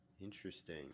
Interesting